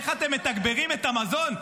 איך אתם מתגברים את המזון,